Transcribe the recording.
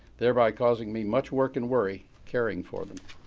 thereby causing me much work and worry caring for them.